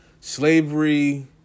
Slavery